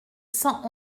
cent